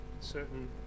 certain